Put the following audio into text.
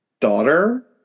daughter